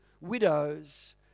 widows